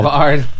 hard